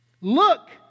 Look